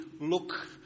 look